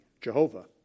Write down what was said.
Jehovah